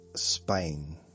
Spain